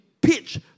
pitch